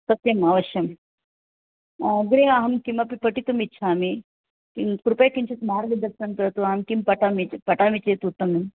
सत्यम् अवश्यम् अग्रे अहं किमपि पठितुम् इच्छामि किं कृपया किञ्चित् मार्गं ददातु अहं किं पठामि पठामि चेत् उत्तमम्